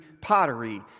pottery